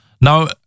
Now